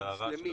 אני